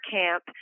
camp